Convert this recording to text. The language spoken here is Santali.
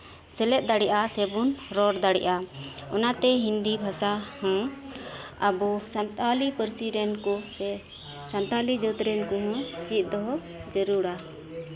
ᱥᱮᱞᱮᱫ ᱫᱟᱲᱮᱭᱟᱜᱼᱟ ᱥᱮ ᱵᱚᱱ ᱨᱚᱲ ᱫᱟᱲᱮᱭᱟᱜᱼᱟ ᱚᱱᱟ ᱛᱮ ᱦᱤᱱᱫᱤ ᱵᱷᱟᱥᱟ ᱦᱚᱸ ᱟᱵᱚ ᱥᱟᱱᱛᱟᱞᱤ ᱯᱟᱨᱥᱤ ᱨᱮᱱ ᱠᱚ ᱥᱟᱱᱛᱟᱞᱤ ᱡᱟᱹᱛ ᱨᱮᱱ ᱠᱚᱦᱚᱸ ᱪᱮᱫ ᱫᱚᱦᱚ ᱡᱟᱨᱩᱲᱟ